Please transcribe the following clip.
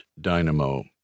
dynamo